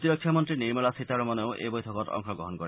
প্ৰতিৰক্ষা মন্ত্ৰী নিৰ্মলা সীতাৰমণেও এই বৈঠকত অংশগ্ৰহণ কৰে